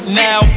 now